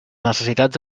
necessitats